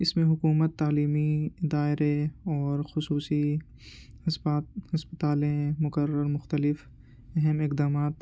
اس میں حکومت تعلیمی دائرے اور خصوصی اسپتالیں مقرر مختلف اہم اقدامات